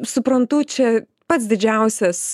suprantu čia pats didžiausias